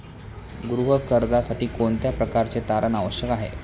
गृह कर्जासाठी कोणत्या प्रकारचे तारण आवश्यक आहे?